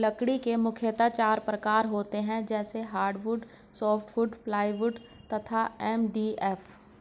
लकड़ी के मुख्यतः चार प्रकार होते हैं जैसे हार्डवुड, सॉफ्टवुड, प्लाईवुड तथा एम.डी.एफ